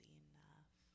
enough